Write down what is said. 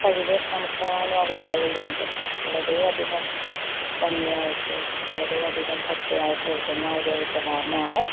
കഴിവ് നമുക്കാ നോവലുകളിലുണ്ട് വളരേയധികം ഭംഗിയായിട്ട് വളരേയധികം പച്ചയായിട്ടെഴുതുന്ന ഒരെഴുത്തുകാരനാണ്